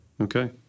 Okay